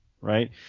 right